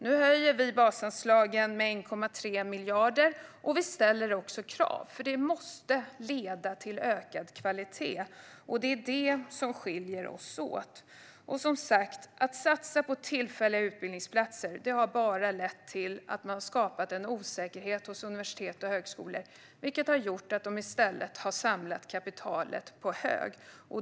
Nu höjer vi basanslagen med 1,3 miljarder, och vi ställer också krav. Det måste leda till ökad kvalitet. Det är detta som skiljer oss åt. Att satsa på tillfälliga utbildningsplatser har bara lett till att man skapat en osäkerhet hos universitet och högskolor, vilket har gjort att de i stället har samlat kapitalet på hög.